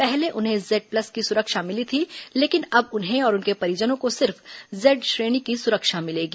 पहले उन्हें Z plus की सुरक्षा मिली थी लेकिन अब उन्हें और उनके परिजनों को सिर्फ जेड श्रेणी की सुरक्षा मिलेगी